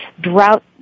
drought